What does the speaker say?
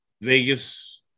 Vegas